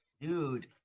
Dude